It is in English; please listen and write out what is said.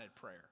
prayer